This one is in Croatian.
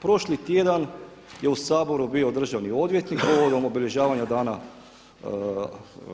Prošli tjedan je u Saboru bio državni odvjetnik povodom obilježavanja Dana